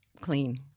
clean